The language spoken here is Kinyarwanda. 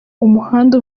umuhanda